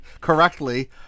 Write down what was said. correctly